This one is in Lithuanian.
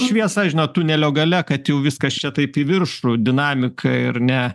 šviesa žinot tunelio gale kad jau viskas čia taip į viršų dinamika ir ne